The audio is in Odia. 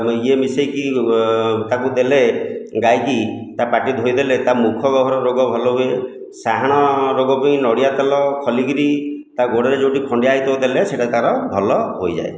ଇଏ ମିଶା ଇକି ତାକୁ ଦେଲେ ଗାଈକି ତା ପାଟି ଧୋଇଦେଲେ ତା ମୁଖଗହ୍ୱର ରୋଗ ଭଲ ହୁଏ ସାହାଣ ରୋଗ ପାଇଁ ନଡ଼ିଆ ତେଲ ଖଲି କରି ତା ଗୋଡ଼ରେ ଯେଉଁଠି ଖଣ୍ଡିଆ ହୋଇଥିବ ଦେଲେ ସେଟା ତା'ର ଭଲ ହୋଇଯାଏ